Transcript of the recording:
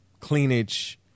cleanage